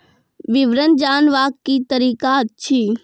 विवरण जानवाक की तरीका अछि?